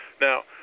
Now